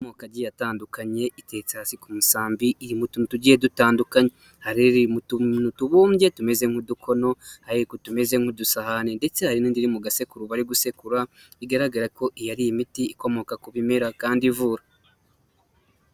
Amoko agiye atandukanye iteretse hasi ku musambi, iri mu tuntu tugiye dutandukanye, hari iri mu tuntu tubumbye tumeze nk'udukono, hari iri kutumeze nk'udusahane ndetse hari n'indi iri mu gasekuru bari gusekura, bigaragara ko iyi ari imiti ikomoka ku bimera kandi ivura.